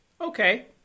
Okay